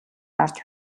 дарж